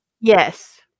Yes